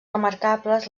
remarcables